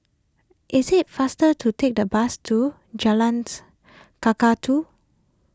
is it faster to take the bus to Jalan Kakatua